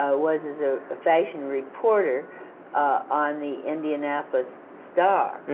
was as a fashion reporter on the indianapolis star.